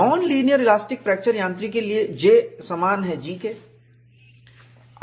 non linear elastic fracture यांत्रिकी के लिए J समान G के है